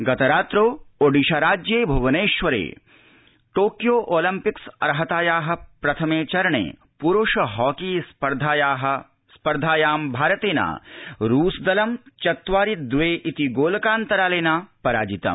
गतरात्री ओडिशा राज्ये भुवनेश्वरे Tokyo Olympics अहर्तायाः प्रथमे चरणे पुरुष हॉकी स्पर्धायां भारतेन रूसदलं चत्वारि द्वे क्वि गोलकान्तरालेन पराजितम्